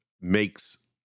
makes